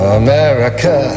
america